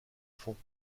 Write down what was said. fonds